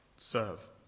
serve